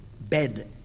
bed